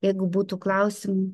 jeigu būtų klausimų